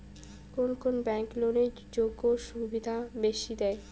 কুন কুন ব্যাংক লোনের সুযোগ সুবিধা বেশি দেয়?